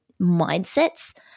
mindsets